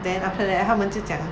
then after that 他们就讲